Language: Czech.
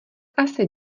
asi